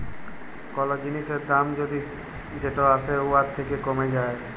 call জিলিসের দাম যদি যেট আসে উয়ার থ্যাকে কমে যায়